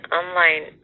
online